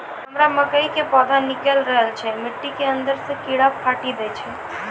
हमरा मकई के पौधा निकैल रहल छै मिट्टी के अंदरे से कीड़ा काटी दै छै?